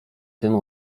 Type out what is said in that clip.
tym